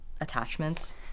attachments